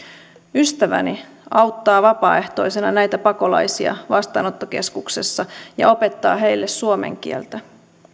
ystäväni auttaa vapaaehtoisena näitä pakolaisia vastaanottokeskuksessa ja opettaa heille suomen kieltä